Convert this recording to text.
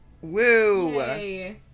Woo